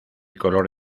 color